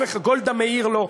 גולדה מאיר לא.